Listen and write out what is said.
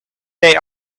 they